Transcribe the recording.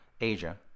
Asia